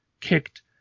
kicked